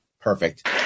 Perfect